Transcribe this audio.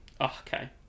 okay